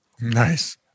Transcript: Nice